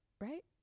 right